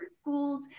schools